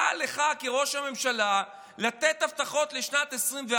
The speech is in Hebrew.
קל לך כראש הממשלה לתת הבטחות לשנת 2024,